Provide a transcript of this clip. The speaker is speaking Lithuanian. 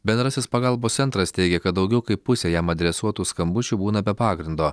bendrasis pagalbos centras teigia kad daugiau kaip pusė jam adresuotų skambučių būna be pagrindo